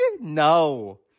No